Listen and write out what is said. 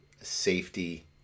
safety